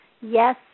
Yes